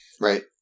Right